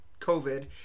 COVID